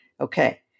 Okay